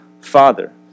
father